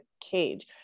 cage